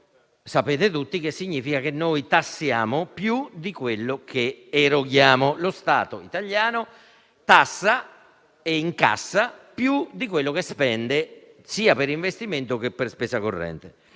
sapete tutti, significa che noi tassiamo più di quello che eroghiamo; lo Stato italiano tassa e incassa più di quello che spende sia per investimento, che per spesa corrente.